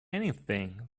anything